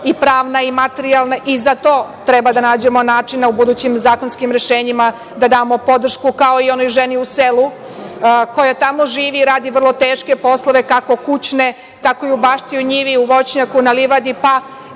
i pravna i materijalna. Za to treba da nađemo načina u budućim zakonskim rešenjima, da damo podršku, kao i onoj ženi u selu, koja tamo živi i radi vrlo teške poslove, kako kućne, tako i u bašti, njivi, voćnjaku, na livadi, pa